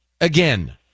again